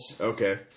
Okay